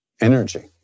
energy